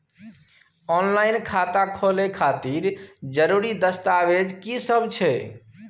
Online खाता खोले खातिर जरुरी दस्तावेज की सब छै?